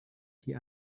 die